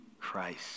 Christ